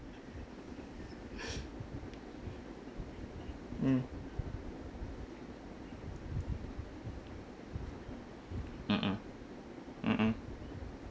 mm mmhmm mmhmm